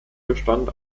bestand